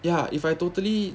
ya if I totally